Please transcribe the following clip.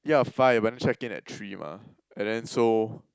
yeah five but then check in at three mah and then so